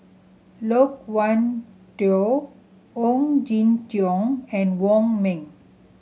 Loke Wan Tho Ong Jin Teong and Wong Ming